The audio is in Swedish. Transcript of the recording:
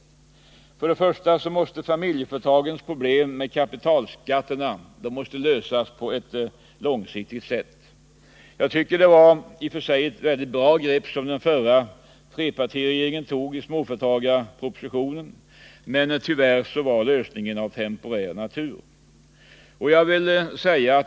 För det första måste familjeföretagens problem med kapitalskatterna lösas långsiktigt. Den förra trepartiregeringen tog ett i och för sig bra grepp genom småföretagarpropositionen, men tyvärr var lösningen av temporär natur.